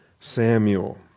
Samuel